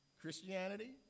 Christianity